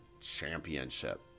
Championship